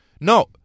No